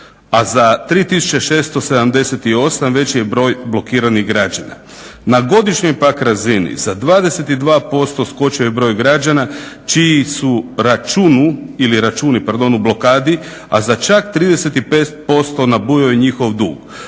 a za 3678 veći je broj blokiranih građana. Na godišnjoj pak razini sa 22% skočio je broj građana čiji su računi u blokadi, a za čak 35% nabujao je njihov dug.